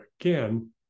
again